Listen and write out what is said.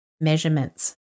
measurements